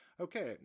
okay